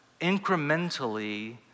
incrementally